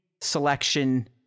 selection